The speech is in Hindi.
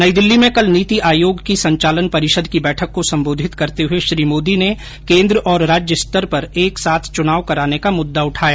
नई दिल्ली में कल नीति आयोग की संचालन परिषद की बैठक को संबोधित करते हुए श्री मोदी ने केंद्र और राज्य स्तर पर एक साथ चुनाव कराने का मुद्दा उठाया